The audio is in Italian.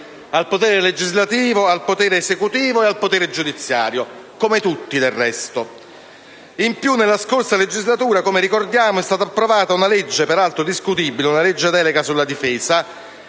al potere legislativo, al potere esecutivo e al potere giudiziario, come tutti del resto. In più, nella scorsa legislatura, come ricordiamo, è stata approvata una legge-delega sulla difesa,